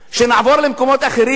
שנעבור למקומות אחרים?